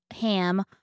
ham